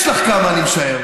יש לך כמה, אני משער.